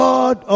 God